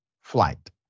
flight